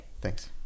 thanks